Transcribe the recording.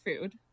food